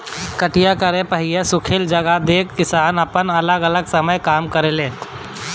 कटिया करे से पहिले सुखल जगह देख के किसान आपन अलग अलग समय पर काम करेले